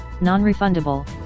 non-refundable